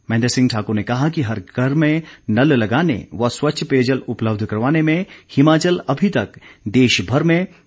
महेंद्र सिंह ठाकुर ने कहा कि हर घर में नल लगाने व स्वच्छ पेय जल उपलब्ध करवाने में हिमाचल अभी तक देशभर में प्रथम स्थान पर है